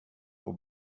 och